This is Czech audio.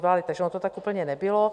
Takže ono to tak úplně nebylo.